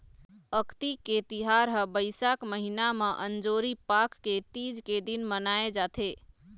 अक्ती के तिहार ह बइसाख महिना म अंजोरी पाख के तीज के दिन मनाए जाथे